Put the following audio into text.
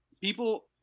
people